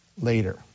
later